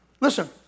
Listen